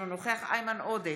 אינו נוכח איימן עודה,